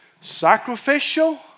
sacrificial